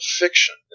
fiction